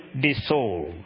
dissolve